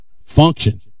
function